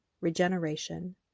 regeneration